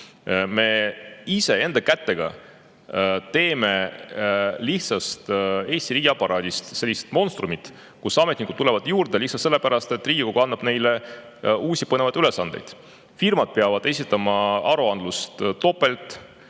Me ise enda kätega teeme lihtsast Eesti riigiaparaadist sellise monstrumi, kus ametnikke tuleb juurde lihtsalt sellepärast, et Riigikogu annab neile uusi põnevaid ülesandeid. Firmad peavad esitama aruandeid